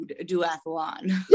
duathlon